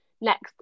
next